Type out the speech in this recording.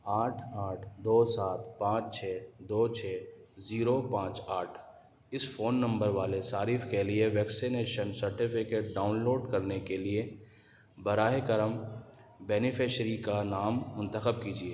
آٹھ آٹھ دو سات پانچ چھ دو چھ زیرو پانچ آٹھ اس فون نمبر والے صارف کے لیے ویکسینیشن سرٹیفکیٹ ڈاؤن لوڈ کرنے کے لیے براہ کرم بینیفشیری کا نام منتخب کیجیے